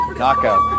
knockout